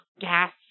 gas